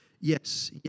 Yes